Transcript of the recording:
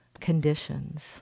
conditions